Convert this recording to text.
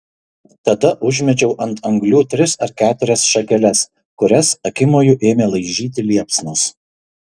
tada užmečiau ant anglių tris ar keturias šakeles kurias akimoju ėmė laižyti liepsnos